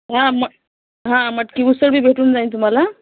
हां म हां मटकी उसळ बी भेटून जाईल तुम्हाला